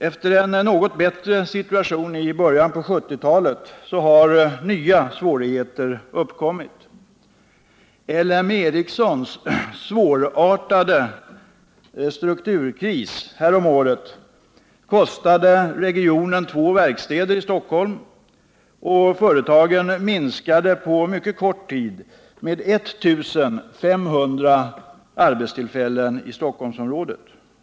Efter en något bättre situation i början på 1970-talet har nya svårigheter uppkommit: LM Ericssons svårartade strukturkris häromåret kostade regionen två verkstäder i Stockholm, och företaget minskade på mycket kort tid verksamheten med 1500 arbetstillfällen i Stockholmsområdet.